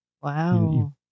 Wow